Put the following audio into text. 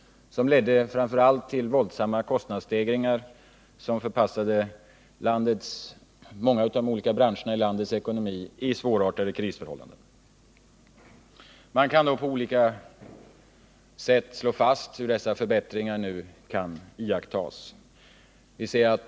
Denna ekonomiska politik ledde framför allt till våldsamma kostnadsstegringar, som förpassade många av de olika branscherna i landets ekonomi ut i svårartade krisförhållanden. Man kan på olika sätt nu slå fast hur denna förbättring kan iakttas.